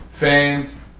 Fans